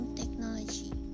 technology